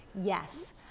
Yes